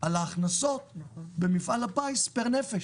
על ההכנסות במפעל הפיס פר נפש.